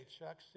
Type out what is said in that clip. Chuck